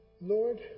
Lord